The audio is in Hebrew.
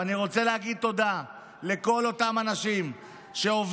ואני רוצה להגיד תודה לכל אותם אנשים שעובדים